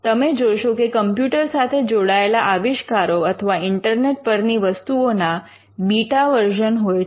તમે જોશો કે કમ્પ્યુટર સાથે જોડાયેલા આવિષ્કારો અથવા ઇન્ટરનેટ પરની વસ્તુઓના બીટા વર્ઝન હોય છે